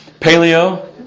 Paleo